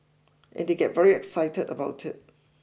and they get very excited about it